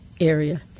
area